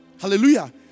Hallelujah